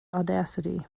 audacity